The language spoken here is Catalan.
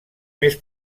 més